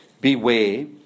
beware